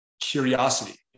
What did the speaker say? curiosity